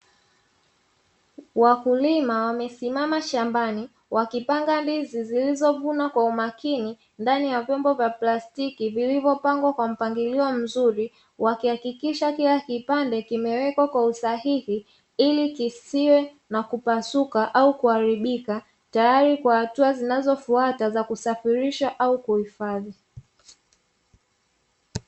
Wakulima wamesimama shambani wakipanga ndizi zilizovunwa kwa umakini ndani ya vyombo vya plastiki vilivyopangwa kwa mpangilio mzuri wakihakikisha kila kipande kimewekwa kwa usahihi ili kisiwe na kupasuka au kuharibika tayari kwa hatua zinazofuata za kusafirisha au kuhifadhi.